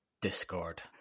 discord